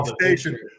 station